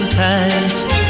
tight